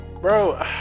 Bro